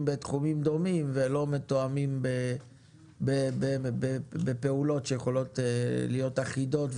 בתחומים דומים ולא מתואמים בפעולות שיכולות להיות אחידות,